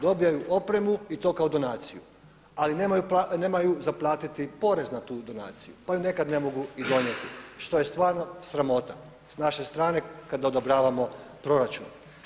Dobijaju opremu i to kao donaciju, ali nemaju za platiti porez na tu donaciju, pa ju nekad i ne mogu donijeti što je stvarno sramota sa naše strane kad odobravamo proračun.